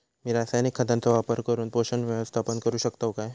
मी रासायनिक खतांचो वापर करून पोषक व्यवस्थापन करू शकताव काय?